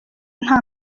nta